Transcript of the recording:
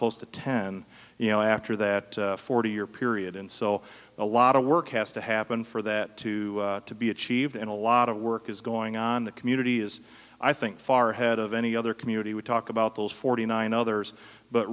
close to ten you know after that forty year period and so a lot of work has to happen for that to to be achieved and a lot of work is going on the community is i think far ahead of any other community we talk about those forty nine others but